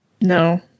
No